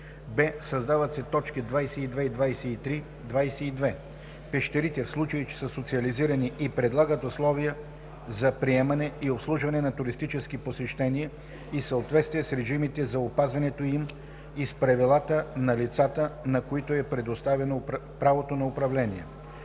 б) създават се т. 22 и 23: „22. пещерите – в случай че са социализирани и предлагат условия за приемане и обслужване на туристически посещения и в съответствие с режимите за опазването им и с правилата на лицата, на които е предоставено правото на управление.“